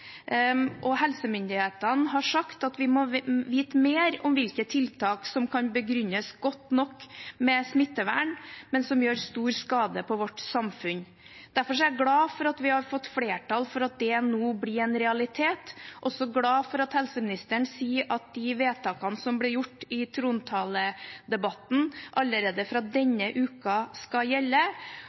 Helsemyndighetene har sagt at vi må vite mer om hvilke tiltak som kan begrunnes godt nok med smittevern, men som gjør stor skade på vårt samfunn. Derfor er jeg glad for at vi har fått flertall for at det nå blir en realitet. Jeg er også glad for at helseministeren sier at de vedtakene som ble gjort i trontaledebatten, skal gjelde allerede fra denne